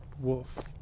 Wolf